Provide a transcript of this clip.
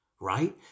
right